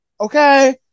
Okay